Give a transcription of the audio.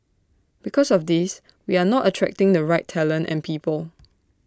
because of this we are not attracting the right talent and people